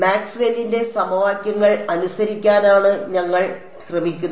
മാക്സ്വെല്ലിന്റെ സമവാക്യങ്ങൾ അനുസരിക്കാനാണ് ഞങ്ങൾ ശ്രമിക്കുന്നത്